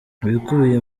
ibikubiye